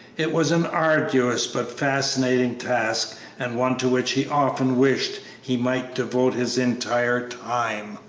it was an arduous but fascinating task and one to which he often wished he might devote his entire time.